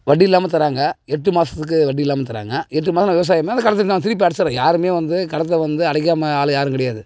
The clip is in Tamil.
வட்டி இல்லாமல் தராங்க எட்டு மாதத்துக்கு வட்டி இல்லாமல் தராங்க எட்டு மாதம் நான் விவசாயம் பண்ணால் அந்த கடத்த நான் திருப்பி அடைச்சிடுறேன் யாருமே வந்து கடத்த வந்து அடைக்காமல் ஆள் யாரும் கிடையாது